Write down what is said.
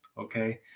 okay